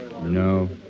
No